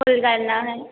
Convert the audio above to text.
full करना है